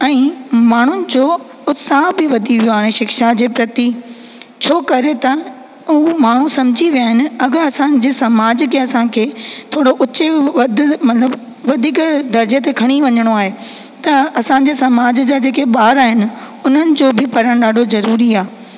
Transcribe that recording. ऐं माण्हुनि जो उत्साह बि वधी वियो आहे शिक्षा जे प्रति छो करे त उहो माण्हू समझी विया आहिनि अगरि असांजे समाज खे असांखे थोरो ऊचे वधि मतिलबु वधीक दर्जे ते खणी वञिणो आहे त असांजे समाज जा जेके ॿार आहिनि उन्हनि जो बि पढ़णु ॾाढो ज़रूरी आहे